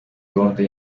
gahunda